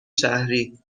شهری